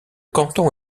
canton